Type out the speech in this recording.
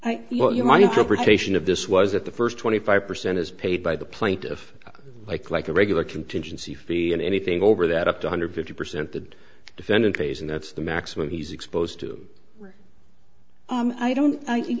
that the first twenty five percent is paid by the plaintiff like like a regular contingency fee and anything over that up two hundred fifty percent the defendant pays and that's the maximum he's exposed to i don't